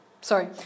Sorry